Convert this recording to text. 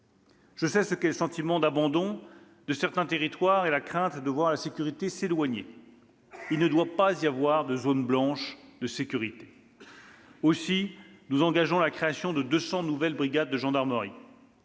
Je sais ce que sont le sentiment d'abandon de certains territoires et la crainte de voir la sécurité s'éloigner. Il ne doit pas y avoir de zones blanches de sécurité. Aussi, nous engageons la création de 200 nouvelles brigades de gendarmerie.